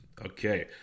Okay